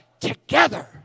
together